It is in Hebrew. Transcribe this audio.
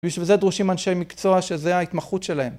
בשביל זה דרושים אנשי מקצוע שזו ההתמחות שלהם.